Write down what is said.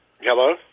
Hello